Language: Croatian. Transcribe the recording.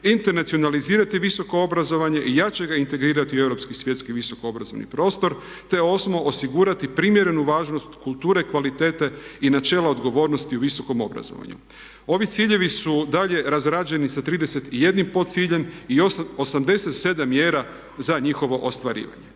Internacionalizirati visoko obrazovanje i jače ga integrirati u europski svjetski visokoobrazovani prostor. Te 8. osigurati primjerenu važnost kulture kvalitete i načela odgovornosti u visokom obrazovanju. Ovi ciljevi su dalje razrađeni sa 31 podciljem i 87 mjera za njihovo ostvarivanje.